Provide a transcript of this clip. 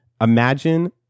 imagine